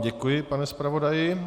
Děkuji vám, pane zpravodaji.